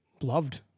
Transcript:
loved